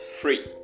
free